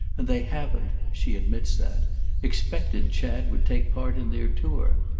and they haven't she admits that expected chad would take part in their tour.